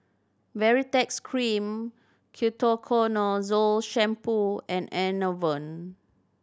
Baritex Cream Ketoconazole Shampoo and Enervon